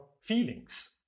feelings